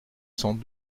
cent